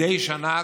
מדי שנה,